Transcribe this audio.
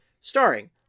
Starring